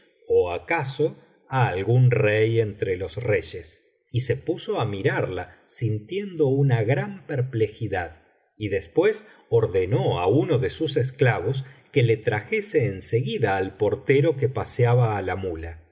ó acaso á algún rey entre loa reyes y se puso á mirarla sintiendo una gran perplejidad y después ordenó á uno de sus esclavos que le trajese en seguida al portero que paseaba á la muía